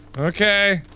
okay.